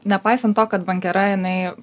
nepaisant to kad bankera jinai